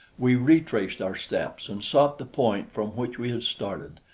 we retraced our steps and sought the point from which we had started,